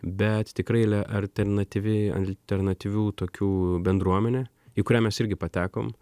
bet tikrai le alternatyvi alternatyvių tokių bendruomenė į kurią mes irgi patekom